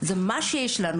כי זה מה שיש לנו.